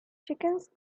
chickens